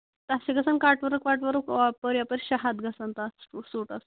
اَسہِ چھُ گژھان کَٹ ؤرک وَٹ ؤرٕک ہُپٲرۍ یَپٲرۍ شیٚے ہَتھ گژھان تَتھ سوٗٹَس